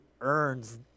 earns